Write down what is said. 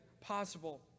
possible